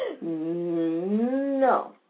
No